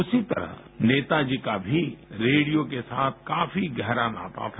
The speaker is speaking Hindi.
उसी तरह नेताजी का भी रेडियो के साथ काफी गहरा नाता था